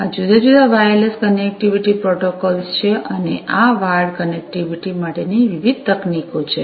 આ જુદા જુદા વાયરલેસ કનેક્ટિવિટી પ્રોટોકોલ્સ છે અને આ વાયર્ડ કનેક્ટિવિટી માટેની વિવિધ તકનીકીઓ છે